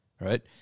Right